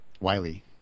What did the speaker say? wiley